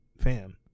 Fam